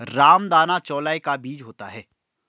रामदाना चौलाई का बीज होता है